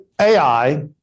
AI